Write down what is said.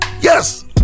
yes